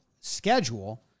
schedule